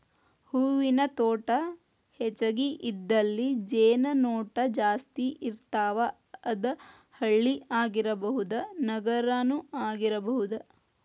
ಹೂವಿನ ತೋಟಾ ಹೆಚಗಿ ಇದ್ದಲ್ಲಿ ಜೇನು ನೊಣಾ ಜಾಸ್ತಿ ಇರ್ತಾವ, ಅದ ಹಳ್ಳಿ ಆಗಿರಬಹುದ ನಗರಾನು ಆಗಿರಬಹುದು